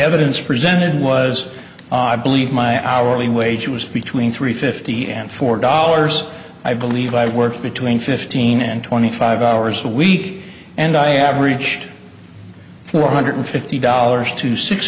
evidence presented was i believe my hourly wage was between three fifty and four dollars i believe i work between fifteen and twenty five hours a week and i averaged four hundred fifty dollars to six